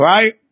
Right